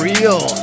Real